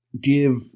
give